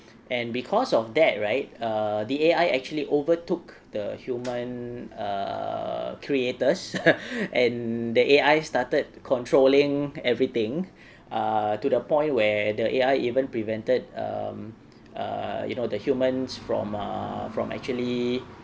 and because of that right err the A_I actually overtook the human err creators and the A_I started controlling everything uh to the point where the A_I even prevented um err you know the humans from err from actually